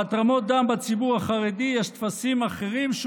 בהתרמות דם בציבור החרדי יש טפסים אחרים,